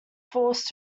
forced